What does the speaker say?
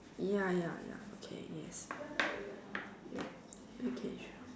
ya ya ya okay yes ya okay sure